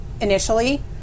initially